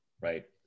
right